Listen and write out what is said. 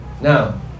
Now